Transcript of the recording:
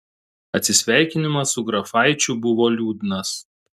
atsisveikinimas su grafaičiu buvo liūdnas